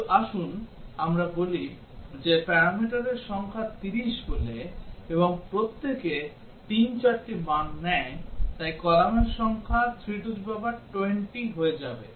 কিন্তু আসুন আমরা বলি যে প্যারামিটারের সংখ্যা 30 বলে এবং প্রত্যেকে 3 4 টি মান নেয় তাই কলামের সংখ্যা 320 হয়ে যাবে